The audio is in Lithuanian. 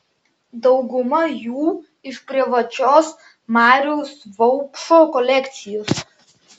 dauguma jų iš privačios mariaus vaupšo kolekcijos